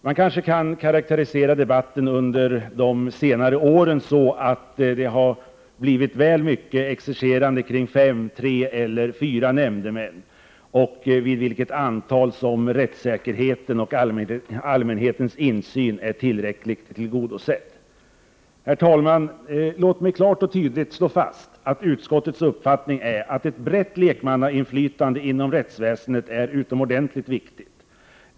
Man kanske kan karakterisera debatten under de senaste åren så att det har blivit väl mycket exercerande kring frågan om fem, fyra eller tre nämndemän och vid vilket antal som rättssäkerheten och allmänhetens insyn är tillräckligt tillgodosedd. Herr talman! Låt mig klart och tydligt slå fast att utskottets uppfattning är att ett brett lekmannainflytande inom rättsväsendet är utomordentligt viktigt.